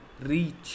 reach